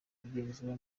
kugenzura